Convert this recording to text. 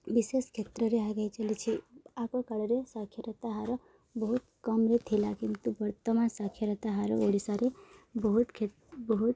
ବିଶେଷ କ୍ଷେତ୍ରରେ ଆଗେଇ ଚାଲିଛି ଆଗ କାଳରେ ସ୍ଵକ୍ଷରତା ହାର ବହୁତ କମରେ ଥିଲା କିନ୍ତୁ ବର୍ତ୍ତମାନ ସ୍ଵାକ୍ଷରତା ହାର ଓଡ଼ିଶାରେ ବହୁତ କ୍ଷତି ବହୁତ